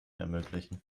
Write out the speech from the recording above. ermöglichen